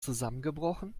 zusammengebrochen